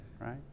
right